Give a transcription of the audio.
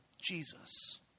Jesus